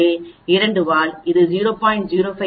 எனவே இரண்டு வால் இது 0